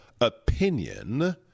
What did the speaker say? opinion